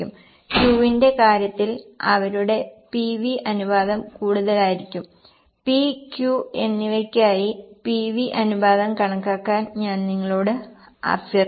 Q ന്റെ കാര്യത്തിൽ അവരുടെ PV അനുപാതം കൂടുതലായിരിക്കും P Q എന്നിവയ്ക്കായി PV അനുപാതം കണക്കാക്കാൻ ഞാൻ നിങ്ങളോട് അഭ്യർത്ഥിക്കും